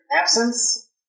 absence